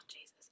Jesus